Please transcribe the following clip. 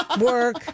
Work